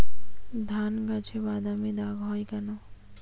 ধানগাছে বাদামী দাগ হয় কেন?